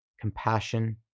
compassion